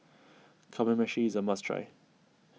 Kamameshi is a must try